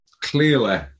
clearly